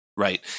Right